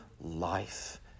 life